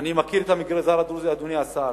אני מכיר את המגזר הדרוזי, אדוני השר.